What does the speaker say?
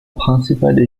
principale